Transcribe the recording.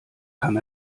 kann